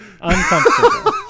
Uncomfortable